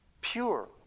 pure